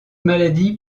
maladie